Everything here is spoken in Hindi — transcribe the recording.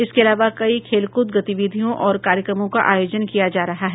इसके अलावा कई खेलकूद गतिविधियों और कार्यक्रमों का आयोजन किया जा रहा है